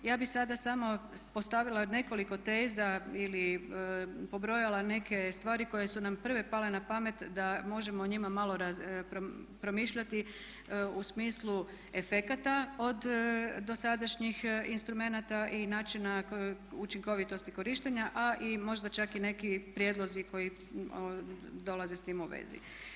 Ja bih sada samo postavila nekoliko teza ili pobrojala neke stvari koje su nam prve pale na pamet da možemo o njima malo promišljati u smislu efekata od dosadašnjih instrumenata i načina učinkovitosti korištenja a i možda čak neki prijedlozi koji dolaze s time u vezi.